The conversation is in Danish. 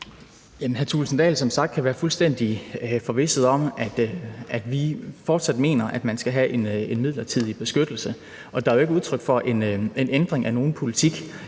Thulesen Dahl kan som sagt være fuldstændig forvisset om, at vi fortsat mener, at man skal have en midlertidig beskyttelse, og det er jo ikke udtryk for en ændring af nogen politik